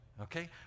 okay